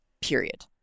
period